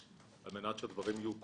על מנת שהדברים יהיו קונסטרוקטיביים,